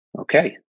Okay